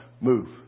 move